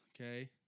okay